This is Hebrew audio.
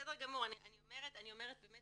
בסדר גמור, אני אומרת, באמת